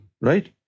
right